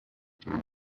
day